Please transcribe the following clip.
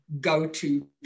go-to